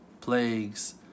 plagues